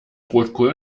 rotkohl